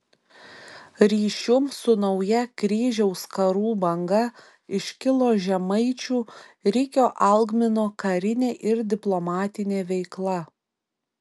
ryšium su nauja kryžiaus karų banga iškilo žemaičių rikio algmino karinė ir diplomatinė veikla